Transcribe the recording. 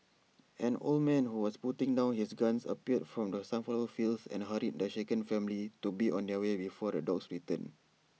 an old man who was putting down his gun appeared from the sunflower fields and hurried the shaken family to be on their way before the dogs return